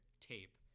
tape